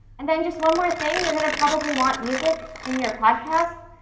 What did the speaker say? and then just one more thing you're going to probably want music in your podcast,